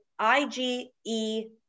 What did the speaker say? IgE